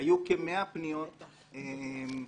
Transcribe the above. היו כ-100 פניות בפניי.